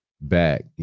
back